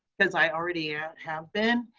because i already ah have been.